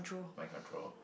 mind control